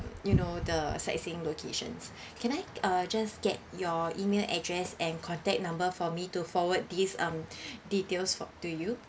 you know the sightseeing locations can I uh just get your email address and contact number for me to forward these um details for to you